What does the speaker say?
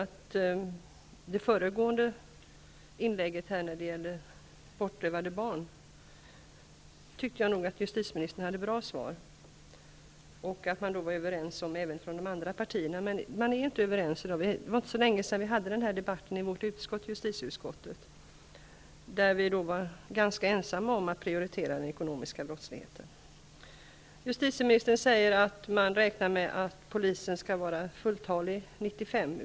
I den föregående debatten, om bortrövade barn, hade justitieministern bra svar, och där var partierna överens. Det var inte länge sedan som vi förde den här debatten i justitieutskottet, där vi socialdemokrater var ganska ensamma om att prioritera den ekonomiska brottsligheten. Justitieministern säger att man räknar med att polisen skall vara fulltalig 1995.